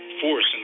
force